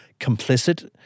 complicit